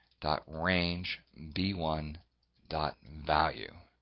dot range b one dot value.